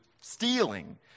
stealing